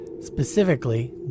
specifically